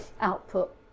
output